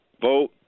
vote